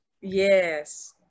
yes